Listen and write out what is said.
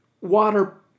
water